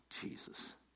jesus